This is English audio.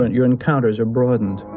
your encounters are broadened.